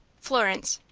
florence.